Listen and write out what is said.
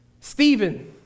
Stephen